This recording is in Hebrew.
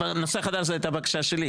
הנושא החדש זה היה בקשה שלי.